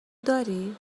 داری